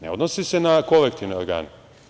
Ne odnosi se na kolektivne organe.